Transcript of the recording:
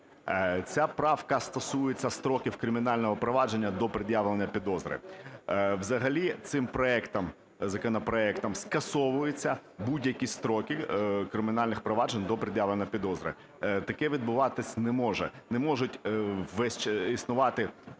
ця правка стосується строків кримінального провадження до пред'явлення підозри. Взагалі цим законопроектом скасовуються будь-які строки кримінальних проваджень до пред'явлення підозри. Таке відбуватись не може. Не можуть існувати